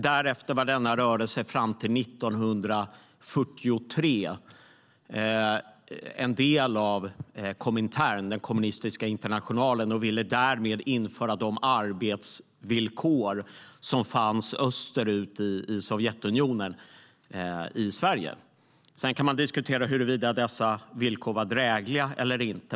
Därefter var denna rörelse fram till 1943 en del av Komintern, den kommunistiska internationalen. Därmed ville man införa de arbetsvillkor i Sverige som fanns österut i Sovjetunionen.Sedan kan man diskutera huruvida dessa villkor var drägliga eller inte.